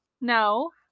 no